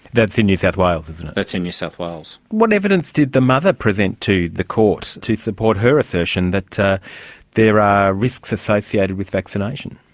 that's in new south wales, isn't it? that's in new south wales. what evidence did the mother present to the court to support her assertion that there are risks associated with vaccination?